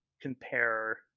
compare